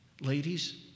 Ladies